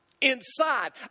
inside